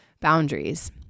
boundaries